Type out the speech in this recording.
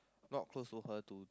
not close to her to